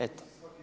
Eto.